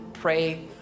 Pray